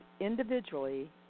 individually